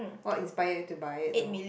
what inspired you to buy it though